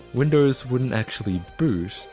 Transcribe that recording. windows wouldn't actually boot.